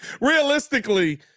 realistically